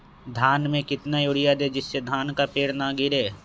धान में कितना यूरिया दे जिससे धान का पेड़ ना गिरे?